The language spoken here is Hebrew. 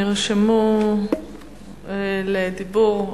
נרשמו לדיבור: